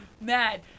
mad